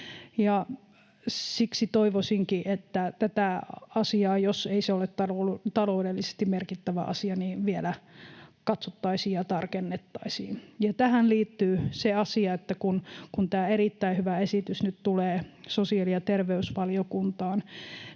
Siksi toivoisinkin, että tätä asiaa, jos se ei ole taloudellisesti merkittävä asia, vielä katsottaisiin ja tarkennettaisiin. Tähän liittyy se asia, että kun tämä erittäin hyvä esitys nyt tulee sosiaali‑ ja terveysvaliokuntaan,